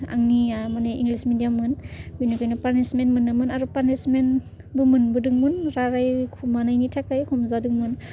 आंनिया माने इंलिशमोन मेडियाममोन बेनिखायनो पानिशमेन्त मोनोमोन आरो पानिशमेन्त मोनबोदोंमोन रायलायखुमानायनि थाखाय हमजादोंमोन